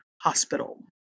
hospital